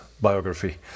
biography